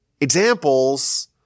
examples